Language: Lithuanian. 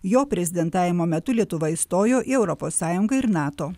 jo prezidentavimo metu lietuva įstojo į europos sąjungą ir nato